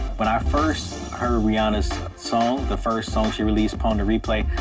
when i first heard rihanna's song, the first song she released, pon de replay,